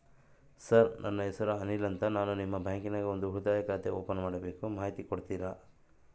Sir ನನ್ನ ಹೆಸರು ಅನಿಲ್ ಅಂತ ನಾನು ನಿಮ್ಮ ಬ್ಯಾಂಕಿನ್ಯಾಗ ಒಂದು ಉಳಿತಾಯ ಖಾತೆ ಓಪನ್ ಮಾಡಬೇಕು ಮಾಹಿತಿ ಕೊಡ್ತೇರಾ?